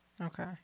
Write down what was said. Okay